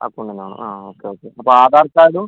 അക്കൗണ്ടിൽ നിന്നാണോ ആ ഓക്കെ ഓക്കെ അപ്പം ആധാർ കാർഡും